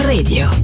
Radio